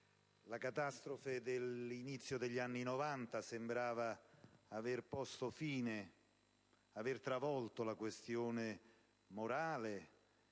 la catastrofe dell'inizio degli anni '90 sembrava aver posto fine alla questione morale.